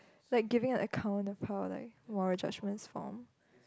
like giving an account about like moral judgements foam